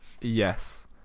Yes